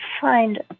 find